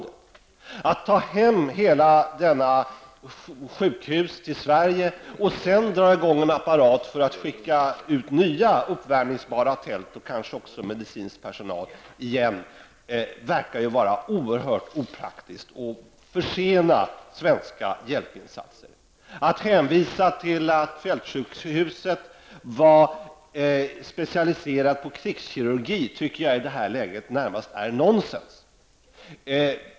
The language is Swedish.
Det verkar vara oerhört opraktiskt att försena svenska hjälpinsatser genom att ta hem detta sjukhus till Sverige och sen dra i gång en apparat för att skicka nya uppvärmningsbara tält och kanske också medicinsk personal. Att hänvisa till att fältsjukhuset var specialiserat på krigskirurgi är i det här läget närmast nonsens.